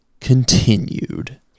continued